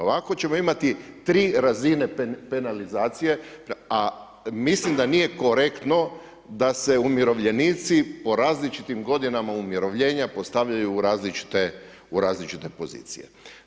Ovako ćemo imati 3 razine penalizacije a mislim da nije korektno da se umirovljenici po različitim godinama umirovljenja postavljaju u različite pozicije.